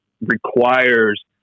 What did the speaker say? requires